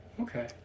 Okay